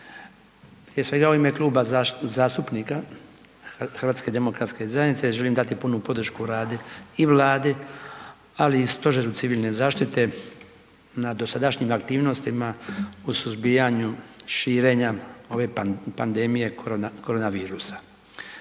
svega u ime Kluba zastupnika Hrvatske demokratske zajednice želim dati punu podršku radu i Vladi, ali i Stožeru civilne zaštite na dosadašnjim aktivnostima u suzbijanju širenja ove pandemije, korona,